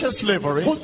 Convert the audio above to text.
slavery